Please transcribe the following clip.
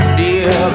dear